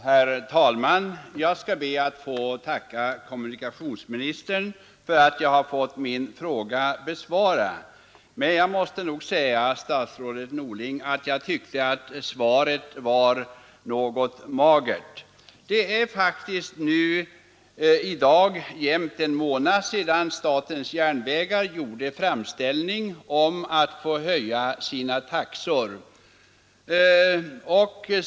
Herr talman! Jag skall be att få tacka kommunikationsministern för att jag har fått min fråga besvarad, men jag måste nog säga till statsrådet Norling att svaret var något magert. Det är faktiskt nu jämnt en månad sedan statens järnvägar gjorde en framställning om att få höja sina taxor.